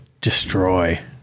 destroy